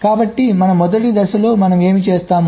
కాబట్టి మన మొదటి దశలో మనం ఏమి చేస్తాము